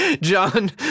John